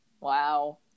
wow